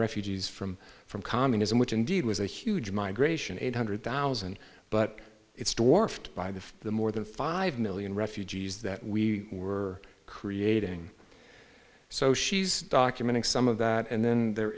refugees from from communism which indeed was a huge migration eight hundred thousand but it's dorf by the the more than five million refugees that we were creating so she's documenting some of that and then there